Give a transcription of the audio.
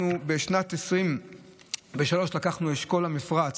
אנחנו בשנת 2023 לקחנו את אשכול המפרץ,